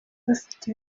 bafite